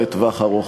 לטווח ארוך,